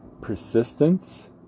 Persistence